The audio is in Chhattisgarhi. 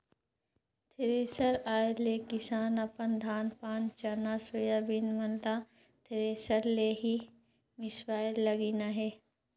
थेरेसर आए ले किसान अपन धान पान चना, सोयाबीन मन ल थरेसर ले ही मिसवाए लगिन अहे